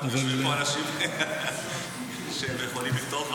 יושבים פה אנשים שיכולים לפתור משהו.